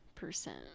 percent